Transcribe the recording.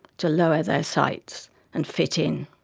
to lower their sights and fit in.